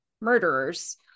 murderers